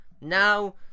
Now